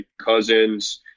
Cousins